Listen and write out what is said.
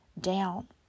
down